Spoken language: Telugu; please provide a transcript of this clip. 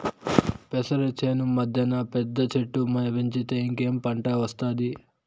పెసర చేను మద్దెన పెద్ద చెట్టు పెంచితే ఇంకేం పంట ఒస్తాది